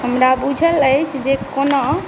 हमरा बूझल अछि जे कोना